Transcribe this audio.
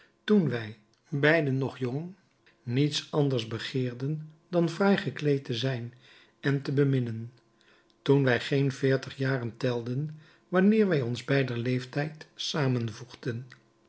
toen wij beiden nog jong niets anders begeerden dan fraai gekleed te zijn en te beminnen toen wij geen veertig jaren telden wanneer wij ons beider leeftijd